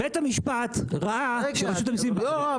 בית המשפט ראה שרשות המיסים -- יורם,